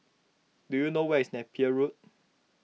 do you know where is Napier Road